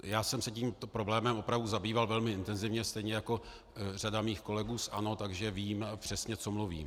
Já jsem se tímto problémem opravdu zabýval velmi intenzivně, stejně jako řada mých kolegů z ANO, takže vím přesně, co mluvím.